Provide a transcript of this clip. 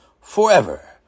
forever